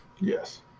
Yes